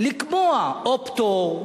לקבוע פטור,